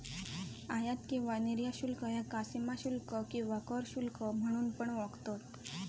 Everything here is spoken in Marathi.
आयात किंवा निर्यात शुल्क ह्याका सीमाशुल्क किंवा कर शुल्क म्हणून पण ओळखतत